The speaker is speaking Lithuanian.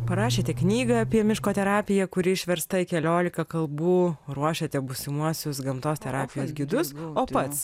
parašėte knygą apie miško terapiją kuri išversta į keliolika kalbų ruošiate būsimuosius gamtos terapijos gidus o pats